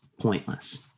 pointless